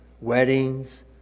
weddings